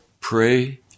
Pray